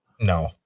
No